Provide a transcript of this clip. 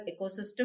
ecosystem